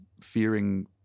fearing